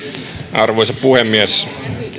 arvoisa puhemies